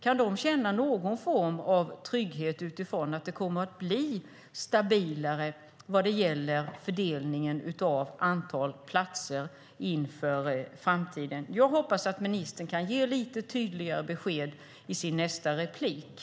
Kan de känna någon form av trygghet utifrån att det kommer att bli stabilare vad gäller fördelningen av antal platser inför framtiden? Jag hoppas att ministern kan ge lite tydligare besked i sitt nästa inlägg.